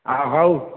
ଅ ହଉ